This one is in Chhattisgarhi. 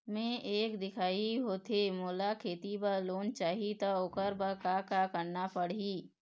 मैं एक दिखाही होथे मोला खेती बर लोन चाही त ओकर बर का का करना पड़ही?